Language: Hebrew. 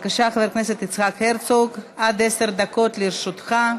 בבקשה, חבר הכנסת יצחק הרצוג, עד עשר דקות לרשותך.